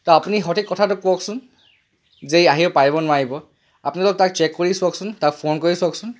তো আপুনি সঠিক কথাটো কওকচোন যে ই আহিব পাৰিব নে নোৱাৰিব আপোনালোক তাক চেক কৰি চাওকচোন ফোন কৰি চাওকচোন